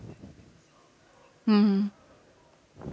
mmhmm